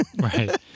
Right